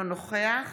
אינו נוכח